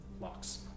locks